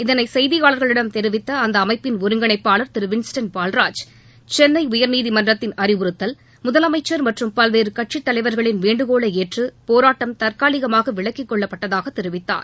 இதனை செய்தியாளர்களிடம் தெரிவித்த இந்த அமைப்பிள் ஒருங்கிணைப்பாளர் திரு வின்ஸ்டன் பால்ராஜ் சென்னை உயர்நீதிமன்றத்தின் அறிவுறுத்தல் முதலமைச்சர் மற்றும் பல்வேறு கட்சித் தலைவர்களின் வேண்டுகோளை ஏற்று பேராட்டம் தற்காலிகமாக விலக்கிக்கொள்ளப்பட்டதாக தெரிவித்தார்